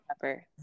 pepper